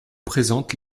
présente